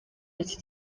iki